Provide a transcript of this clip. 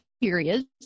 periods